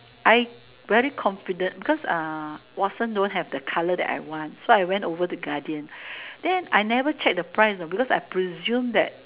I very confident because uh Watsons don't have the colour that I want so I went over to Guardian then I never check the price you know because I presume that